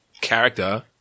character